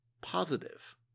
positive